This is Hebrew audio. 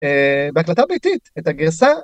בהקלטה ביתית, את הגרסה